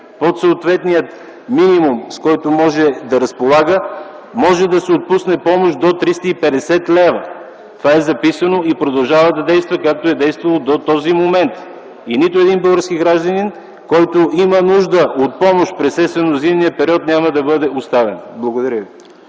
под съответния минимум, с който може да разполага, може да се отпусне помощ до 350 лв. Това е записано и продължава да действа, както е действало до този момент. Нито един български гражданин, който има нужда от помощ през есенно-зимния период, няма да бъде оставен. Благодаря ви.